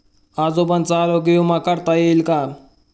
आजोबांचा आरोग्य विमा काढता येईल का?